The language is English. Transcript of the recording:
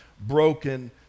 broken